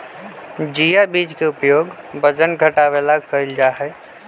chia बीज के उपयोग वजन घटावे ला कइल जाहई